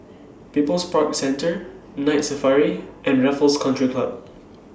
People's Park Centre Night Safari and Raffles Country Club